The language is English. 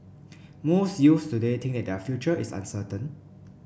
most youths today think that their future is uncertain